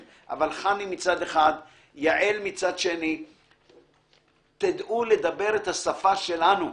חני, יעל, תדעו לדבר את השפה שלנו,